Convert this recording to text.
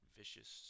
vicious